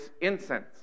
incense